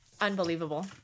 Unbelievable